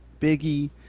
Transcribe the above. Biggie